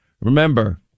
remember